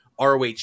ROH